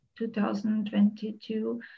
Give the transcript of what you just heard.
2022